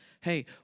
Hey